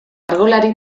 margolari